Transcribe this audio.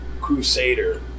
Crusader